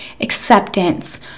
acceptance